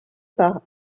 par